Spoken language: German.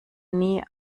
nie